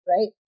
Right